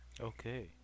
Okay